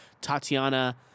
Tatiana